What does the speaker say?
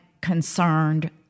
concerned